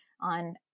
on